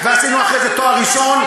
ועשינו אחרי זה תואר ראשון,